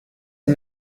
and